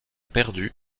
perdues